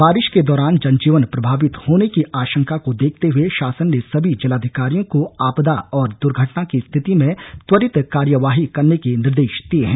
बारिश के दौरान जन जीवन प्रभावित होने की आशंका को देखते हुए शासन ने सभी जिलाधिकारियों को आपदा और दूर्घटना की स्थिति में त्वरित कार्यवाही करने के निर्देश दिए हैं